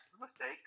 mistake